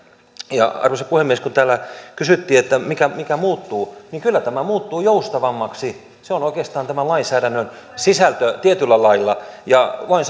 arvoisa puhemies kun täällä kysyttiin mikä muuttuu niin kyllä tämä muuttuu joustavammaksi se on oikeastaan tämän lainsäädännön sisältö tietyllä lailla ja voin